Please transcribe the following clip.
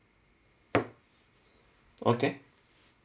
okay